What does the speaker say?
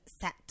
set